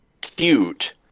cute